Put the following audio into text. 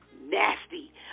nasty